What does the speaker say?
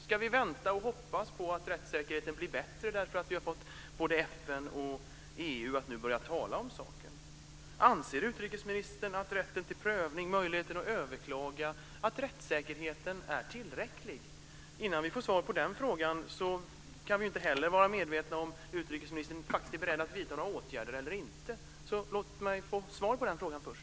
Ska vi vänta och hoppas på att rättssäkerheten blir bättre därför att vi har fått både FN och EU att nu börja tala om saken? Anser utrikesministern att rätten till prövning, möjligheten att överklaga och rättssäkerheten är tillräcklig? Innan vi får svar på den frågan kan vi inte heller veta om utrikesministern är beredd att vidta några åtgärder eller inte. Låt mig få ett svar på den frågan först.